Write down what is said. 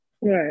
Right